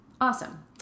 Awesome